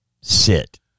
sit